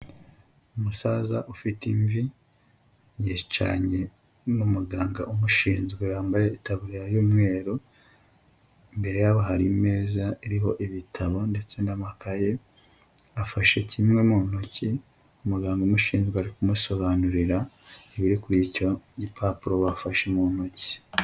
Umusaza ufite imvi, yicaranye n'umuganga umushinzwe yambaye itaburiya y'umweru, imbere yabo hari imeza iriho ibitabo ndetse n'amakaye, afashe kimwe mu ntoki, umuganga umushinzwe ari kumusobanurira, ibiri kuri icyo gipapuro bafashe mu ntoki.